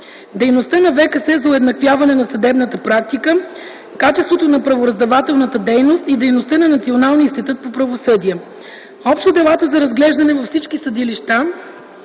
дейността на ВКС за уеднаквяване на съдебната практика, качеството на правораздавателната дейност и дейността на Националния институт по правосъдие. Общо делата за разглеждане във всички съдилища,